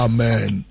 Amen